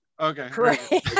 okay